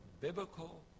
biblical